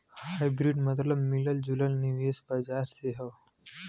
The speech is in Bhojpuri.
हाइब्रिड मतबल मिलल जुलल निवेश बाजार से हौ